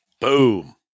boom